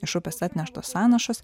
iš upės atneštos sąnašos